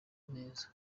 neza